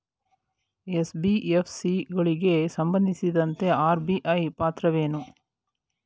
NBFC ಗಳಿಗೆ ಸಂಬಂಧಿಸಿದಂತೆ RBI ಪಾತ್ರವೇನು?